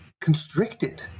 constricted